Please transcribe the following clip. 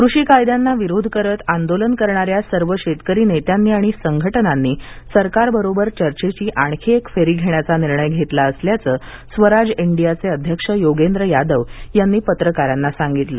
कृषी कायद्यांना विरोध करत आंदोलन करणाऱ्या सर्व शेतकरी नेत्यांनी आणि संघटनांनी सरकारबरोबर चर्चेची आणखी एक फेरी घेण्याचा निर्णय घेतला असल्याचं स्वराज इंडियाचे अध्यक्ष योगेंद्र यादव यांनी पत्रकारांना सांगितलं